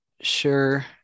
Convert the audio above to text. sure